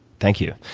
thank you.